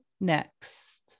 next